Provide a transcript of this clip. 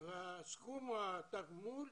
וסכום התגמול